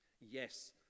Yes